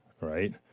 Right